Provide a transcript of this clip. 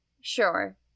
Sure